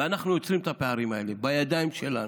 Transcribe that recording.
אנחנו יוצרים את הפערים האלה בידיים שלנו.